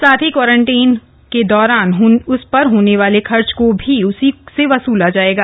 साथ ही क्वारंटाइन के दौरान उस पर होने वाले खर्च को भी उसी से वसूला जायेगा